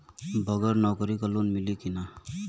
बगर नौकरी क लोन मिली कि ना?